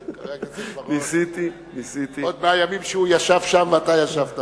גדעון מתעסק עוד מהימים שהוא ישב שם ואתה ישבת פה.